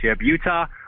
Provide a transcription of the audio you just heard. Utah